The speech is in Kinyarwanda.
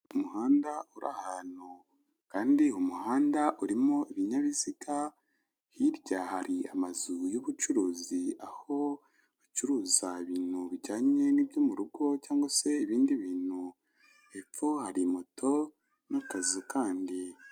Umuhanda urihantu kandi umuhanda urimo ibinyabiziga, hirya hari amazu y'ubucuruzi aho bicuruza ibintu bijyanye n'ibyo mu rugo, cg se ibindi bintu hepfo hari moto n'akazu kandi.